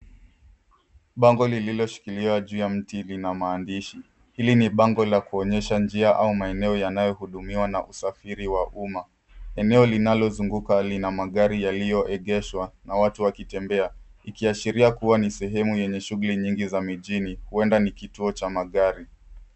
Bango lililoshikiliwa juu ya mti lina maandishi. Hili ni bango la kuonyesha njia au maeneo yanayohudumiwa na usafiri wa umma. Eneo linalozunguka lina magari yaliyoegeshwa na watu wakitembea ikiashiria kuwa ni sehemu yenye shughuli nyingi za mijini, huenda ni kituo cha magari.